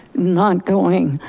not going,